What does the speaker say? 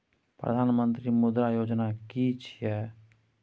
प्रधानमंत्री मुद्रा योजना कि छिए?